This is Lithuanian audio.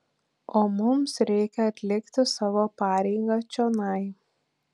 o mums reikia atlikti savo pareigą čionai